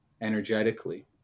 energetically